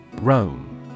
Rome